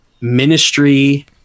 ministry